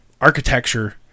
Architecture